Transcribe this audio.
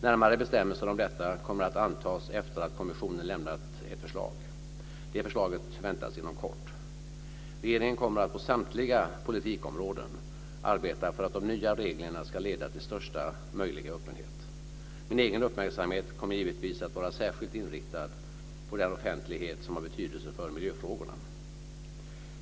Närmare bestämmelser om detta kommer att antas efter att kommissionen lämnat ett förslag. Det förslaget väntas inom kort. Regeringen kommer att på samtliga politikområden arbeta för att de nya reglerna ska leda till största möjliga öppenhet. Min egen uppmärksamhet kommer givetvis att vara särskilt inriktad på den offentlighet som har betydelse för miljöfrågorna.